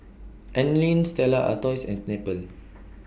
Anlene Stella Artois and Snapple